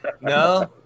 No